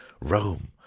rome